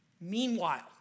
Meanwhile